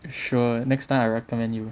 sure next time I recommend you